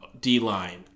D-line